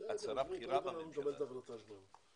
את שרה בכירה בממשלה הזאת.